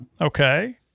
Okay